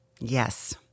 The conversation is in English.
Yes